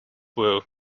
were